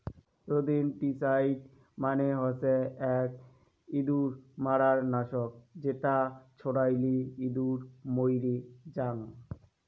rodenticide মানে হসে আক ইঁদুর মারার নাশক যেটা ছড়ালে ইঁদুর মইরে জাং